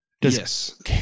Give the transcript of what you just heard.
Yes